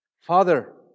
Father